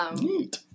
Neat